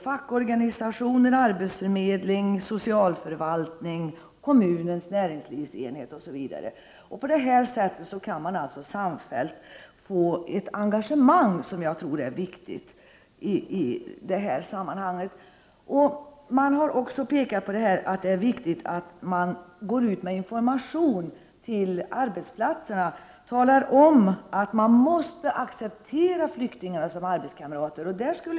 Fackorganisationer, arbetsförmedling, socialförvaltning och kommunens näringslivsenhet arbetar tillsammans. På det sättet kan man få ett samfällt engagemang, något som jag tror är viktigt i detta sammanhang. Det har pekats på att det är viktigt att man går ut med information till arbetsplatser och talar om för de anställda att de måste acceptera flyktingar som arbetskamrater.